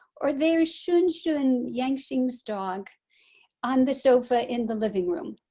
or there's shun shun, yangtze's dog on the sofa in the living room.